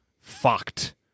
fucked